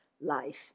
life